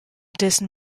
dessen